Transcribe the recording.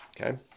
Okay